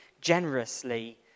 generously